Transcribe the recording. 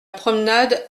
promenade